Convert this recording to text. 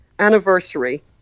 anniversary